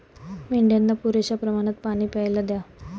मेंढ्यांना पुरेशा प्रमाणात पाणी प्यायला द्या